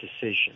decision